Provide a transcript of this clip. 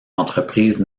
entreprises